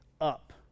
up